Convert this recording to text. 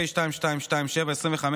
פ/2227/25,